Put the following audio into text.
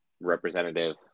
representative